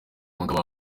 umugabo